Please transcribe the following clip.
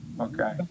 Okay